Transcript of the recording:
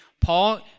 Paul